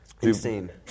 Insane